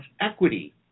equity